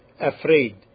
afraid